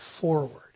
forward